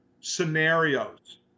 scenarios